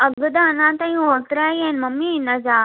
अघि त अञा ताईं ओतिरा ई आहिनि मम्मी हिनजा